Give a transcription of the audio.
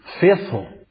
faithful